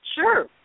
Sure